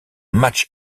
match